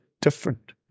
different